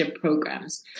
programs